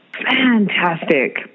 Fantastic